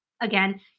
Again